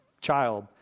child